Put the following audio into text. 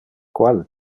qual